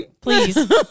please